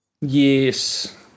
Yes